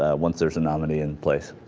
ah once there's a nominee and place